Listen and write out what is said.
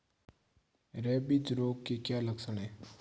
Rabies रोग के क्या लक्षण है?